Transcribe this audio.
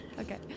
Okay